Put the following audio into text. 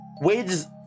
wages